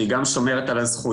שהיא גם שומרת על הזכויות,